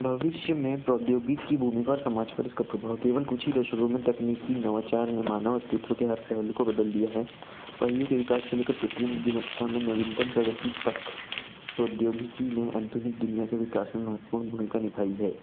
भविष्य में प्रौद्योगिकी की भूमिका और समाज पर इसका प्रभाव केवल कुछ ही देशों में तकनीकी नवाचार ने मानव अस्तित्व के हर पहलु को बदल दिया है पहिए के विकास से ले कर कृत्रिम उद्यमिता में नवीनतम प्रगति तक प्रौद्यिगिकी ने अंधुनिक दुनिया के विकास में महत्वपूर्ण भूमिका निभाई है